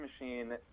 Machine